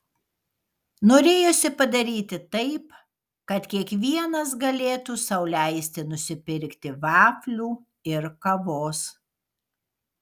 norėjosi padaryti taip kad kiekvienas galėtų sau leisti nusipirkti vaflių ir kavos